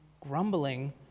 Grumbling